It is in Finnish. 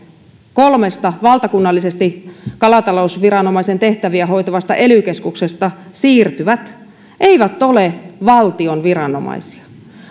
kolmesta valtakunnallisesti kalatalousviranomaisen tehtäviä hoitavasta ely keskuksesta siirtyvät eivät ole valtion viranomaisia